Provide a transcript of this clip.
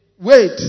wait